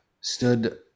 stood